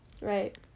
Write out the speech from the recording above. Right